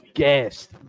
gassed